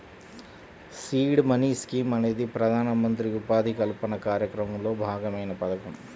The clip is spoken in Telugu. సీడ్ మనీ స్కీమ్ అనేది ప్రధానమంత్రి ఉపాధి కల్పన కార్యక్రమంలో భాగమైన పథకం